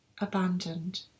abandoned